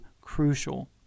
crucial